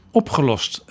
opgelost